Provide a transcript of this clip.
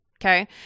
Okay